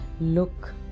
look